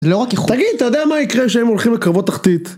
זה לא רק איכות. תגיד, אתה יודע מה יקרה כשהם הולכים לקרבות תחתית?